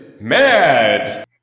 mad